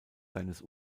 seines